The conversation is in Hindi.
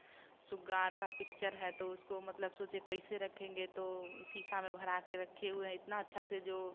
सुग्गार का पिक्चर है तो उसको मतलब सोचे कैसे रखेंगे तो शीशा में भरा के रखे हुए हैं इतना अच्छा से जो